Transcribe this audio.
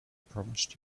promised